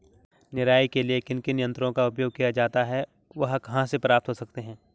निराई के लिए किन किन यंत्रों का उपयोग किया जाता है वह कहाँ प्राप्त हो सकते हैं?